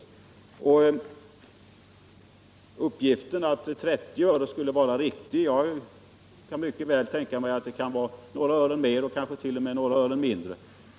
Det har uppgivits att 30 öre skulle vara ett riktigt belopp, men jag kan mycket väl tänka mig att det kan vara några ören mer eller t.o.m. några ören mindre.